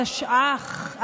בבקשה, תמשיך.